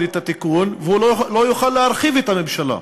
את התיקון והוא לא יוכל להרחיב את הממשלה.